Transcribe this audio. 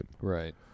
Right